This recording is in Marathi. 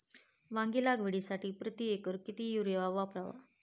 वांगी लागवडीसाठी प्रति एकर किती युरिया वापरावा?